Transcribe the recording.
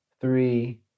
three